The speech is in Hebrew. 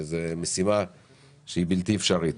זאת משימה שהיא בלתי אפשרית.